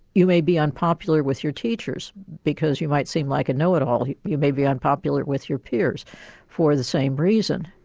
you may be unpopular with your teachers because you might seem like a know-it-all you you may be unpopular with your peers for the same reason.